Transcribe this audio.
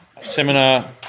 seminar